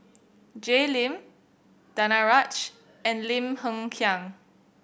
Jay Lim Danaraj and Lim Hng Kiang